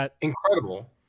Incredible